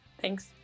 Thanks